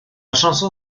chanson